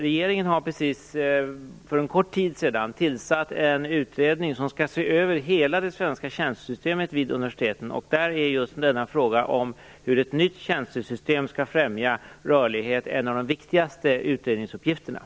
Regeringen har för kort tid sedan tillsatt en utredning som skall se över hela tjänstesystemet vid de svenska universiteten, och frågan hur ett nytt tjänstesystem skall främja rörligheten är en av de viktigaste uppgifterna för denna utredning.